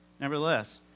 nevertheless